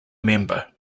member